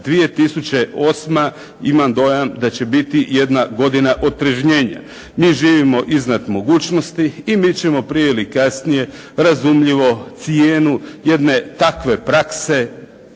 2008. imam dojam da će biti jedna godina …/Govornik se ne razumije./… mi živimo iznad mogućnosti i mi ćemo prije ili kasnije razumljivo cijenu jedne takve prakse